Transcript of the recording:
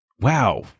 wow